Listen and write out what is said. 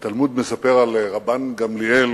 התלמוד מספר על רבן גמליאל